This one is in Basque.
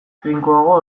trinkoago